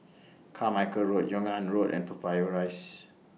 Carmichael Road Yung An Road and Toa Payoh Rise